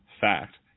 fact